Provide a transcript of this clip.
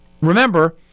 Remember